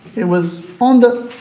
it was from the